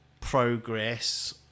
progress